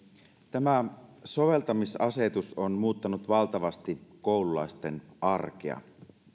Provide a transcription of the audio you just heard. tämä soveltamisasetus on muuttanut valtavasti koululaisten arkea